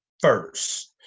first